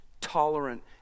tolerant